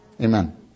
Amen